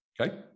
okay